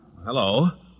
Hello